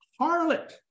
harlot